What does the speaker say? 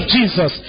Jesus